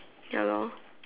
ya lor